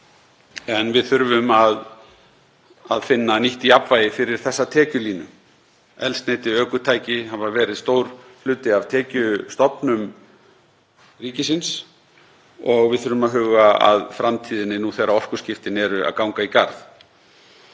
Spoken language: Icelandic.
en við þurfum að finna nýtt jafnvægi fyrir þessa tekjulínu. Eldsneyti og ökutæki hafa verið stór hluti af tekjustofnum ríkisins og við þurfum að huga að framtíðinni nú þegar orkuskiptin eru að ganga í garð.